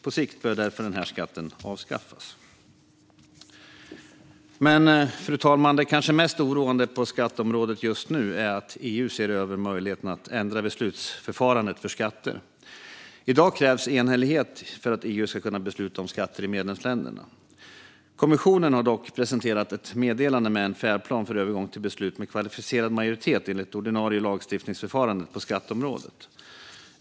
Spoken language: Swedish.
På sikt bör därför denna skatt avskaffas. Fru talman! Det kanske mest oroande på skatteområdet just nu är att EU ser över möjligheten att ändra beslutsförfarandet för skatter. I dag krävs enhällighet för att EU ska kunna besluta om skatter i medlemsländerna. Kommissionen har dock presenterat ett meddelande med en färdplan för övergång till beslut med kvalificerad majoritet enligt det ordinarie lagstiftningsförfarandet på skatteområdet.